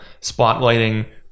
spotlighting